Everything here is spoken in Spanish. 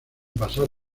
pasar